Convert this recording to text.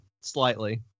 slightly